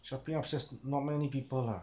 shopping upstairs not many people lah